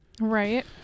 Right